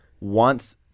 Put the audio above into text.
wants